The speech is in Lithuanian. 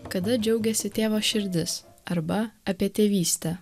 kada džiaugiasi tėvo širdis arba apie tėvystę